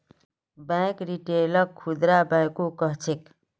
bank रिटेलक खुदरा बैंको कह छेक